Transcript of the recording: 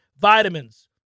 Vitamins